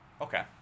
Okay